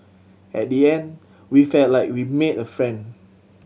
at the end we felt like we made a friend